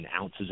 ounces